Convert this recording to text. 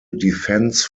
defence